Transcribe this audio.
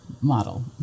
model